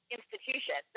institution